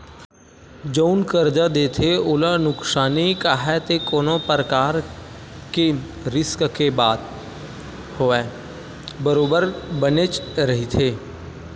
जउन करजा देथे ओला नुकसानी काहय ते कोनो परकार के रिस्क के बात होवय बरोबर बनेच रहिथे